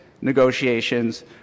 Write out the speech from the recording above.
negotiations